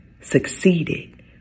Succeeded